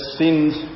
sinned